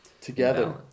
Together